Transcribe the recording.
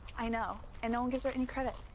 i know, and no one gives her any credit.